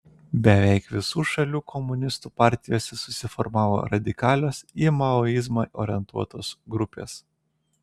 beveik visų šalių komunistų partijose susiformavo radikalios į maoizmą orientuotos grupės